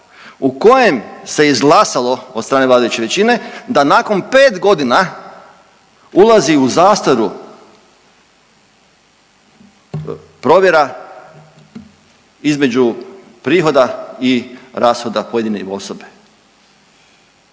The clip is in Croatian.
u kojem se izglasalo od strane vladajuće većine da nakon 5.g. ulazi u zastaru provjera između prihoda i rashoda pojedine osobe.